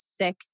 sick